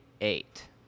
eight